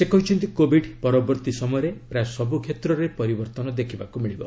ସେ କହିଛନ୍ତି କୋବିଡ୍ ପରବର୍ତ୍ତୀ ସମୟରେ ପ୍ରାୟ ସବୁ କ୍ଷେତ୍ରରେ ପରିବର୍ତ୍ତନ ଦେଖିବାକୁ ମିଳିବ